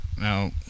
Now